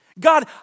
God